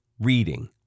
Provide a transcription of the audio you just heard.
Reading